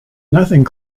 nothing